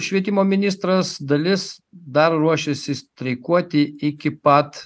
švietimo ministras dalis dar ruošiasi streikuoti iki pat